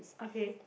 okay